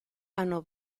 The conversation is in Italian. hanno